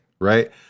right